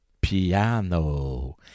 piano